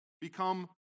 become